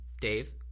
Dave